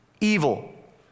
evil